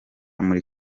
muri